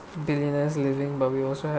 billionaires living but we also have